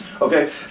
okay